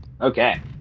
Okay